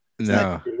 No